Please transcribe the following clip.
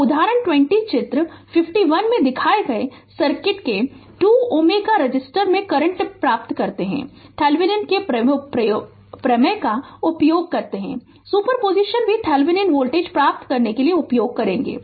तो उदाहरण 20 चित्र 51 में दिखाए गए सर्किट के 2 Ω रेसिस्टर में करंट प्राप्त करते हैं थेवेनिन के प्रमेय का भी उपयोग करते हैं सुपर पोजिशन भी थेवेनिन वोल्टेज प्राप्त करने के लिए उपयोग करेंगे